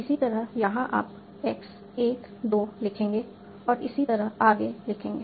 इसी तरह यहां आप x 1 2 लिखेंगे और इसी तरह आगे लिखेंगे